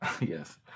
Yes